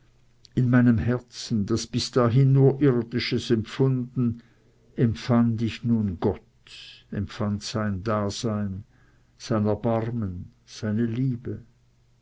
in meinem herzen das bis dahin nur irdisches empfunden empfand ich nun gott empfand sein dasein sein erbarmen seine liebe